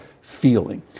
feeling